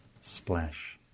splash